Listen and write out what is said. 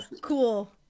cool